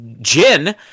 Jin